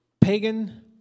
Pagan